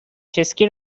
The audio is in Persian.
چسکی